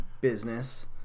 business